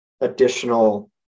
additional